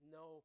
no